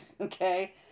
Okay